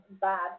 bad